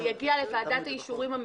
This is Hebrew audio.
זה יגיע לוועדת האישורים המקומית,